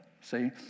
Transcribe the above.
See